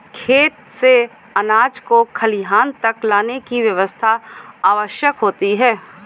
खेत से अनाज को खलिहान तक लाने की व्यवस्था आवश्यक होती है